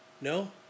No